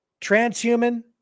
transhuman